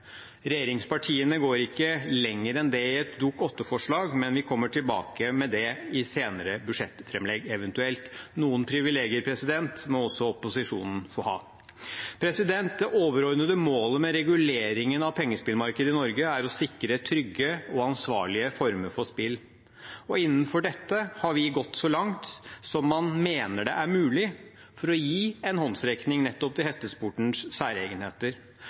Regjeringspartiene går ikke lenger enn det i et Dokument 8-forslag, men vi kommer eventuelt tilbake til det i senere budsjettframlegg. Noen privilegier må også opposisjonen få ha. Det overordnede målet med reguleringen av pengespillmarkedet i Norge er å sikre trygge og ansvarlige former for spill. Innenfor dette har vi gått så langt som man mener det er mulig, for å gi en håndsrekning nettopp til hestesportens særegenheter.